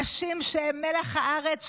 אנשים שהם מלח הארץ,